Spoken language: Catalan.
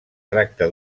tracta